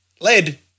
Lead